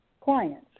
clients